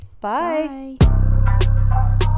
bye